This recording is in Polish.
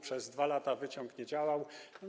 Przez 2 lata wyciąg nie działał.